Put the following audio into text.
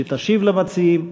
שתשיב למציעים,